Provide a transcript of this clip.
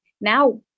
Now